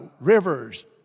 rivers